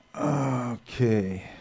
Okay